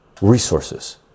Resources